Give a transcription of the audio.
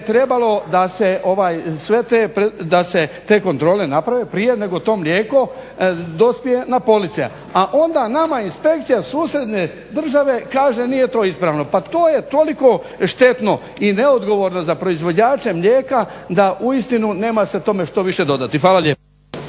trebalo da se te kontrole naprave prije nego to mlijeko dospije na police. A onda nama inspekcija susjedne države kaže nije to ispravno. Pa to je toliko štetno i neodgovorno za proizvođače mlijeka da uistinu nema se tome što više dodati. Hvala lijepa.